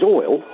oil